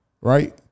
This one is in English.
Right